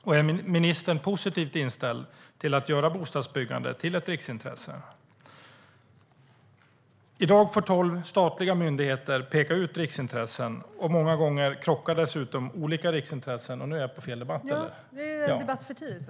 Och är ministern positivt inställd till att göra bostadsbyggande till ett riksintresse? I dag får tolv statliga myndigheter peka ut riksintressen. Många gånger krockar dessutom olika riksintressen. Nu är jag inne på fel debatt, en debatt för tidigt.